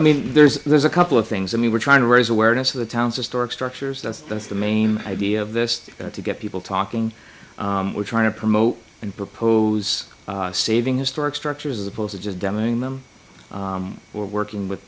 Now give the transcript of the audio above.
i mean there's there's a couple of things i mean we're trying to raise awareness of the town's historic structures that's that's the main idea of this to get people talking we're trying to promote and propose saving historic structures as opposed to just demming them or working with